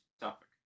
topic